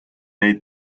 neid